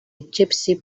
gypsy